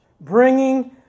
Bringing